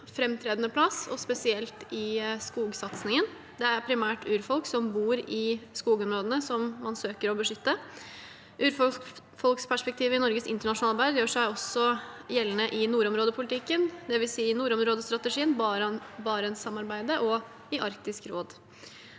framtredende plass, spesielt i skogsatsingen. Det er primært urfolk som bor i skogområdene som man søker å beskytte. Urfolksperspektivet i Norges internasjonale arbeid gjør seg også gjeldende i nordområdepolitikken, dvs. i nordområdestrategien, barentssamarbeidet og Arktisk råd.